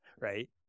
right